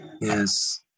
Yes